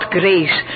grace